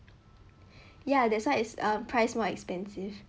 ya that's why is err price more expensive